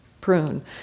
prune